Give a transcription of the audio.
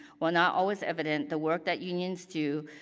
while not always evident, the work that unions do